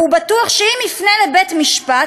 והוא בטוח שאם יפנה לבית-משפט,